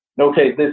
okay